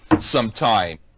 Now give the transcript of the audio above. sometime